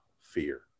fear